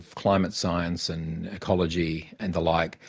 climate science and ecology and the like,